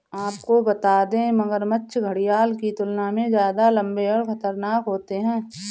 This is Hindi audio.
आपको बता दें, मगरमच्छ घड़ियाल की तुलना में ज्यादा लम्बे और खतरनाक होते हैं